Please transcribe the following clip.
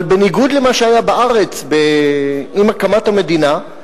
אבל בניגוד למה שהיה בארץ עם הקמת המדינה,